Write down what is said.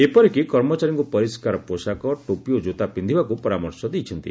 ଏପରିକି କର୍ମଚାରୀଙ୍କୁ ପରିଷ୍କାର ପୋଷାକ ଟୋପି ଓ ଜୋତା ପିକ୍ଷିବାକୁ ପରାମର୍ଶ ଦେଇଛନ୍ତି